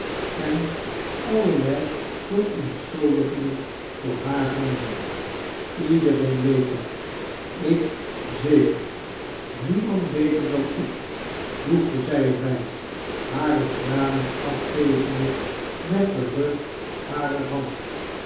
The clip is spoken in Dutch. en allerlei verantischuldigingen voor haar vonden iedereein weeto dat ik zeker niemand beter dan ik voegde zij er bij hare tranen afvegemde met den rug harer hand